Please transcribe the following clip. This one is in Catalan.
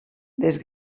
les